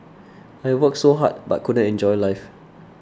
I worked so hard but couldn't enjoy life